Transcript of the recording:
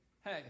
hey